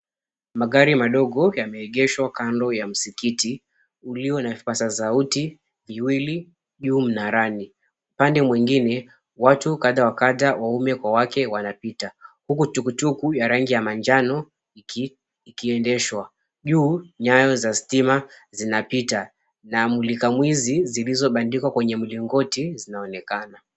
Magari madogo yameegeshwa kando ya msikiti ulio na vipasa sauti viwili juu mnarani upande mwingine watu kadhaa wa kadhaa waume kwa wake wanapita. Huku tukutuku ya rangi ya manjano ikiendeshwa juu nyayo za stima zinapita na mulika mwizi zilizobandikwa kwenye mlingoti zinaonekana.